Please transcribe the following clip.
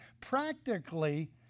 practically